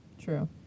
True